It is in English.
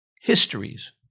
histories